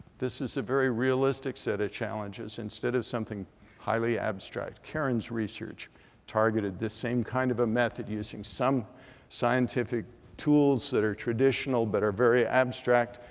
this is a very realistic set of challenges instead of something highly abstract. karen's research targeted this same kind of a method using some scientific tools that are traditional but are very abstract,